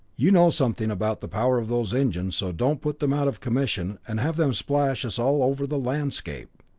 you know something about the power of those engines, so don't put them out of commission, and have them splash us all over the landscape.